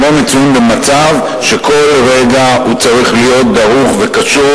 הם לא מצויים במצב שכל רגע הוא צריך להיות דרוך וקשוב